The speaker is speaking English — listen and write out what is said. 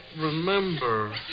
remember